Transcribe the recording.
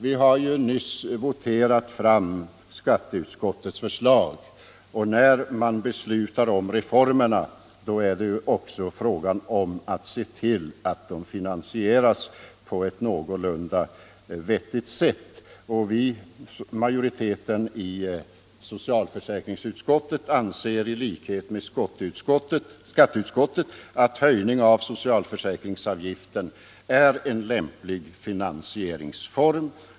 Vi har nyss voterat igenom skatteutskottets förslag, och både i det fallet och när det gäller den reform som vi här diskuterar måste vi ju se till att reformerna finansieras på ett någorlunda riktigt sätt. Och majoriteten i socialförsäkringsutskottet anser i likhet med skatteutskottet att en höjning av socialförsäkringsavgiften är en lämplig finansieringsform.